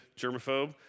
germaphobe